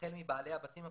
החל מבעלי הבתים הפשוטים,